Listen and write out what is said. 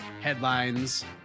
headlines